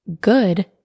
good